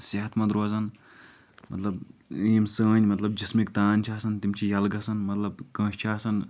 صحت منٛد روزان مطلب یِم سٲنۍ مطلب جسمٕکۍ تان چھِ آسان تِم چھِ ییٚلہٕ گژھان مطلب کٲنٛسہِ چھِ آسان